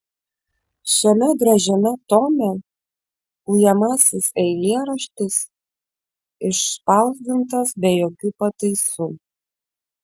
šiame gražiame tome ujamasis eilėraštis išspausdintas be jokių pataisų